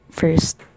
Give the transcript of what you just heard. first